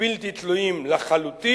בלתי תלויים לחלוטין,